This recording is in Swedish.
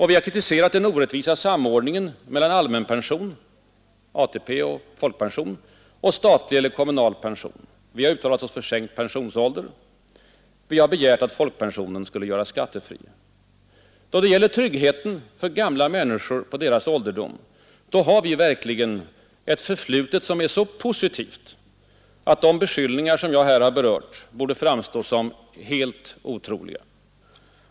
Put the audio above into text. Vi har kritiserat den orättvisa samordningen mellan allmänpension — ATP och folkpension — och statlig eller kommunal pension. Vi har uttalat oss för sänkt pensionsålder. Vi har begärt att folkpensionen skulle göras skattefri. Då det gäller tryggheten för gamla människor på deras ålderdom har vi verkligen ett förflutet, som är så positivt att de beskyllningar som jag här berört borde framstå som helt otroliga.